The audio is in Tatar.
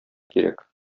кирәк